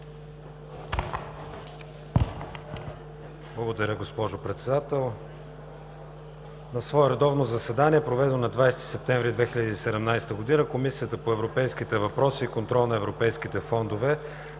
Благодаря, госпожо Председател. „На свое редовно заседание, проведено на 20 септември 2017 г., Комисията по европейските въпроси и контрол на европейските фондове